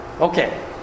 Okay